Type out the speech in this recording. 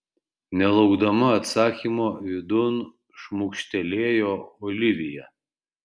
nelaukdama atsakymo vidun šmukštelėjo olivija